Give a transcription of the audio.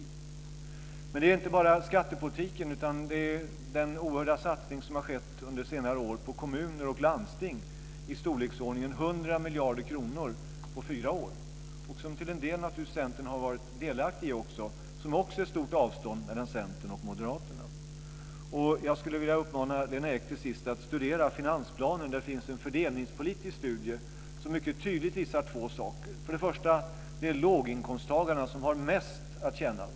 Men det gäller inte bara skattepolitiken, utan den oerhörda satsning som har skett under senare år på kommuner och landsting, i storleksordningen 100 miljarder kronor på fyra år, som Centern till en del naturligtvis också har varit delaktig i, visar också på ett stort avstånd mellan Centern och Moderaterna. Jag skulle till sist vilja uppmana Lena Ek att studera finansplanen. Där finns en fördelningspolitisk studie som mycket tydligt visar två saker. För det första är det låginkomsttagarna som har mest att tjäna.